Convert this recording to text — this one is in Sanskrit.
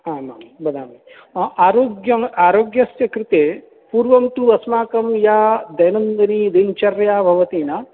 आम् आं वदामि आरोग्यम् आरोग्यस्य कृते पूर्वं तु अस्माकं या दैनान्दिनीदिनचर्या भवति न